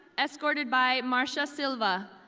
escorted by marcia sylva,